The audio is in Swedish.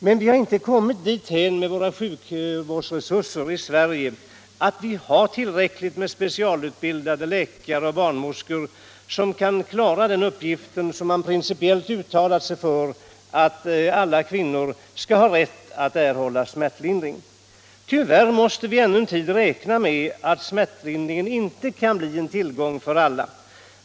Men vi har inte kommit dithän med våra sjukvårdsresurser att vi har tillräckligt med specialutbildade läkare och barnmorskor som kan klara den uppgift som vi principiellt uttalade oss för. Tyvärr måste vi ännu en tid räkna med att smärtlindring inte kan bli en tillgång för alla.